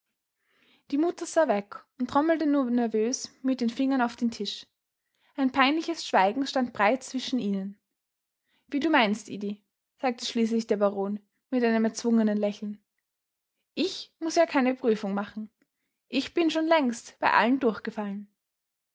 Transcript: die mutter sah weg und trommelte nur nervös mit den fingern auf den tisch ein peinliches schweigen stand breit zwischen ihnen wie du meinst edi sagte schließlich der baron mit einem erzwungenen lächeln ich muß ja keine prüfung machen ich bin schon längst bei allen durchgefallen